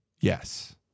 Yes